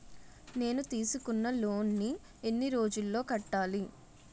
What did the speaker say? నేను తీసుకున్న లోన్ నీ ఎన్ని రోజుల్లో కట్టాలి?